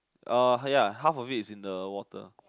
uh ya half of it is in the water